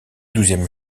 douzième